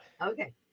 okay